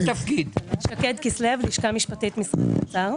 שקד כסלו, לשכה משפטית, משרד האוצר.